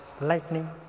lightning